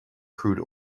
crude